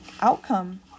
outcome